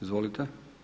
Izvolite.